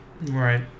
Right